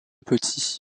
petit